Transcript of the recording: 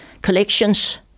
collections